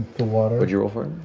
what'd but you roll for it?